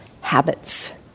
habits